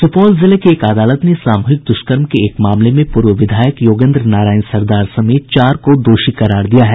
सुपौल जिले की एक अदालत ने सामूहिक द्वष्कर्म के एक मामले में पूर्व विधायक योगेन्द्र नारायण सरदार समेत चार को दोषी करार दिया है